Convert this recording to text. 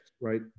right